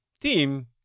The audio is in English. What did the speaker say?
team